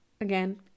again